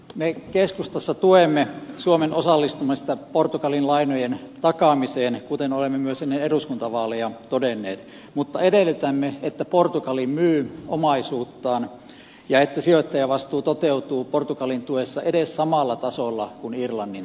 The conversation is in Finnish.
me keskustassa tuemme suomen osallistumista portugalin lainojen takaamiseen kuten olemme myös ennen eduskuntavaaleja todenneet mutta edellytämme että portugali myy omaisuuttaan ja että sijoittajavastuu toteutuu portugalin tuessa edes samalla tasolla kuin irlannin tuessa